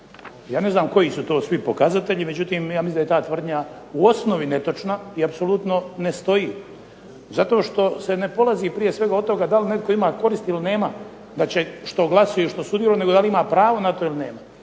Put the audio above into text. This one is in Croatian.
Ja ne znam koji su to svi pokazatelji, međutim ja mislim da je ta tvrdnja u osnovi netočna i apsolutno ne stoji zato što se ne polazi prije svega od toga da li netko ima koristi ili nema što glasuje, što sudjeluje nego da li ima pravo na to ili nema.